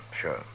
sure